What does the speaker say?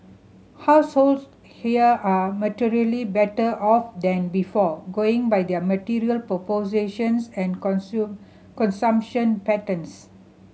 households here are materially better off than before going by their material possessions and consumption patterns